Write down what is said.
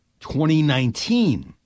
2019